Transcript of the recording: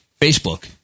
Facebook